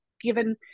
Given